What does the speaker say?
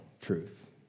truth